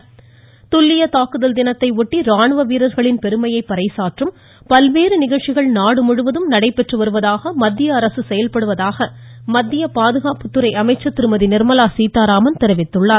நிர்மலா சீதாராமன் துல்லிய தாக்குதல் தினத்தை ஒட்டி ராணுவ வீரர்களின் பெருமையை பறைசாற்றும் பல்வேறு நிகழ்ச்சிகள் நாடுமுழுவதும் நடைபெற்று வருவதாக மத்திய அரசு செயல்படுவதாக மத்திய பாதுகாப்புத்துறை அமைச்சர் திருமதி நிர்மலா சீதாராமன் தெரிவித்துள்ளார்